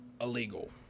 illegal